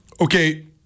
Okay